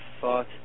thought